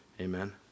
Amen